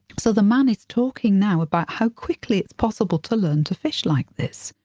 so the man is talking now about how quickly it's possible to learn to fish like this.